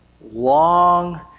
long